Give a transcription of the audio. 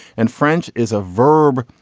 and french is a verb.